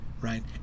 right